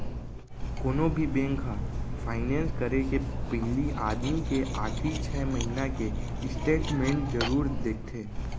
कोनो भी बेंक ह फायनेंस करे के पहिली आदमी के आखरी छै महिना के स्टेट मेंट जरूर देखथे